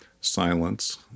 silence